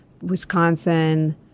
Wisconsin-